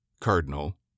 cardinal